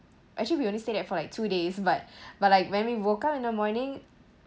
actually we only stay there for like two days but but like when we woke up in the morning